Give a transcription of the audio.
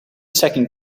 second